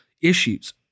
issues